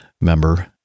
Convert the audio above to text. member